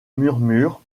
murmure